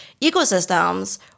ecosystems